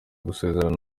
gusezerana